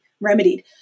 remedied